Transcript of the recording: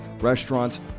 restaurants